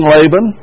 Laban